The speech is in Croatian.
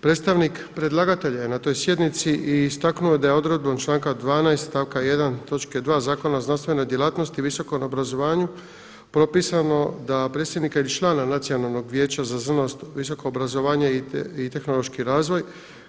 Predstavnik predlagatelja je na toj sjednici istaknuo da je odredbom članka 12. stavka 1. točke 2. Zakona o znanstvenoj djelatnosti, visokom obrazovanju propisano da predsjednika ili člana Nacionalnog vijeća za znanost, visoko obrazovanje i tehnološki razvoj